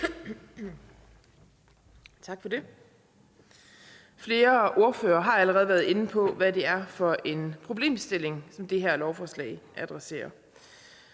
Tak for det.